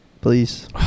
please